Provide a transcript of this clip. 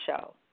show